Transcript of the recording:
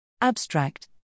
Abstract